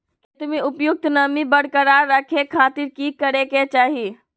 खेत में उपयुक्त नमी बरकरार रखे खातिर की करे के चाही?